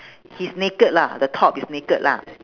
he's naked lah the top is naked lah